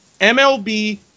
MLB